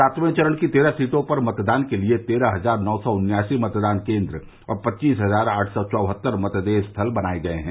सातवें चरण की तेरह सीटो पर मतदान के लिए तेरह हजार नौ सौ उन्यासी मतदान केन्द्र और पच्चीस हजार आठ सौ चौहत्तर मतदेय स्थल बनाये गये हैं